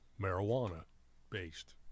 marijuana-based